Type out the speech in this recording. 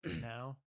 now